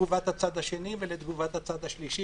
לתגובת הצד השני ולתגובת הצד השלישי